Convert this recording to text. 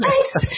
nice